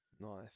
nice